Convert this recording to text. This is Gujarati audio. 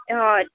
હ